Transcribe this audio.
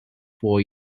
four